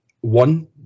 one